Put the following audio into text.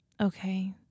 Okay